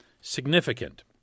significant